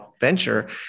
venture